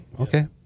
okay